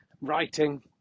writing